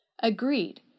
Agreed